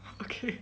okay